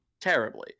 terribly